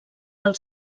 del